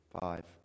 five